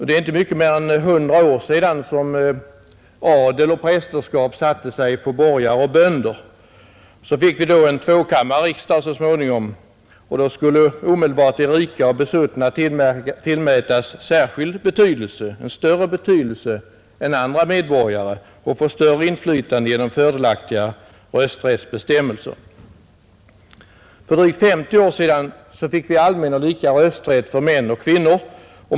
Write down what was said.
Det är inte mycket mer än hundra år sedan adel och prästerskap satte sig på borgare och bönder. Så fick vi en tvåkammarriksdag så småningom, och då skulle omedelbart de rika och besuttna tillmätas större betydelse än andra medborgare och få större inflytande genom för dem fördelaktiga rösträttsbestämmelser. För drygt 50 år sedan fick vi allmän och lika rösträtt för män och kvinnor.